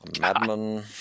Madman